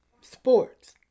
sports